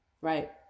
right